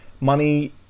Money